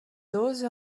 oses